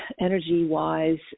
Energy-wise